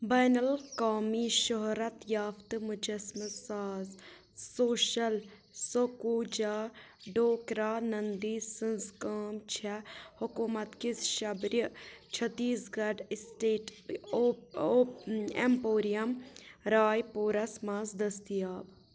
بین الاقوامی شہرت یافتہٕ مُجسمہٕ ساز سوشل سكوٗچا ڈھوكرا ننٛدی سٕنٛز کٲم چھےٚ حکوٗمت کِس شبرِ چھتیٖس گڑھ اِسٹیٹ اوٚ اوٚ ایمپوریم رائے پوٗرس منٛز دٔستِیاب